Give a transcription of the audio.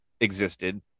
existed